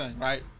right